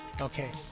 Okay